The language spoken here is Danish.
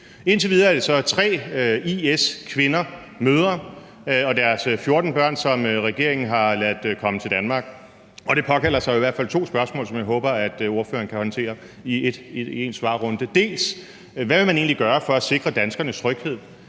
Indtil videre er det så tre IS-kvinder, mødre, og deres 14 børn, som regeringen har ladet komme til Danmark. Det påkalder sig i hvert fald to spørgsmål, som jeg håber ordføreren kan håndtere i en svarrunde. Hvad vil man egentlig gøre for at sikre danskernes tryghed?